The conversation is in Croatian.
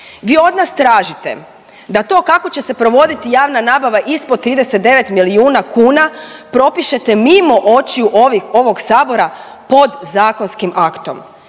Vi od nas tražite da to kako će se provoditi javna nabava ispod 39 milijuna kuna propišete mimo očiju ovih, ovog sabora podzakonskim aktom.